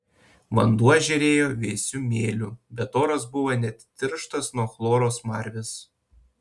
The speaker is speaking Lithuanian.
vanduo žėrėjo vėsiu mėliu bet oras buvo net tirštas nuo chloro smarvės